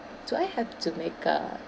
do I have to make a